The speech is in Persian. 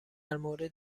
مورد